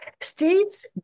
Steve's